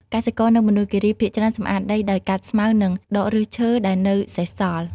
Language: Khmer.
កសិករនៅមណ្ឌលគិរី ភាគច្រើនសម្អាតដីដោយកាត់ស្មៅ និងដកឫសឈើដែលនៅសេសសល់។